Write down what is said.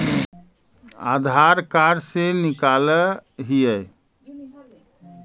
आधार card से निकाल हिऐ?